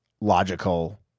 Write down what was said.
logical